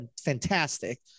fantastic